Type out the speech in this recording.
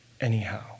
anyhow